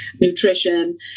nutrition